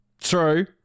True